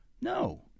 No